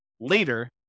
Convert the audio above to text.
later